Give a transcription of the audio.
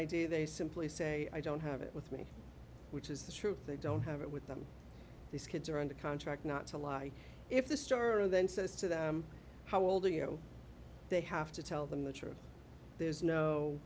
id they simply say i don't have it with me which is the truth they don't have it with them these kids are under contract not to lie if the store or then says to them how old are you they have to tell them the truth there's no